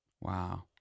Wow